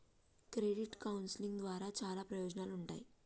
credit counselling ద్వారా చాలా ప్రయోజనాలుంటాయి